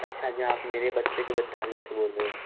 अच्छा जी आप मेरे बच्चे के विद्यालय से बोल रहे हो